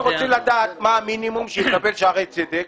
אנחנו רוצים לדעת מה המינימום שיקבל שערי צדק.